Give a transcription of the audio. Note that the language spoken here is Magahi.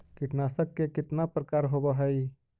कीटनाशक के कितना प्रकार होव हइ?